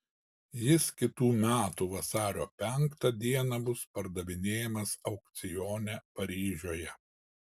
jis kitų metų vasario penktą dieną bus pardavinėjamas aukcione paryžiuje